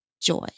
joy